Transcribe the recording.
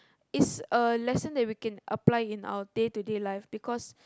it's a lesson that we can apply in our day to day life because